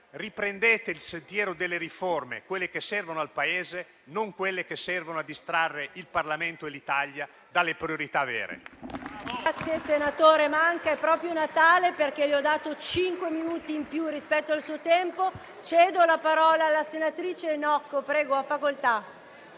riprendete il sentiero delle riforme, quelle che servono al Paese, non quelle che servono a distrarre il Parlamento e l'Italia dalle priorità vere.